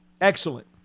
Excellent